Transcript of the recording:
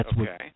okay